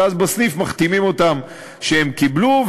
ואז בסניף מחתימים אותם שהם קיבלו,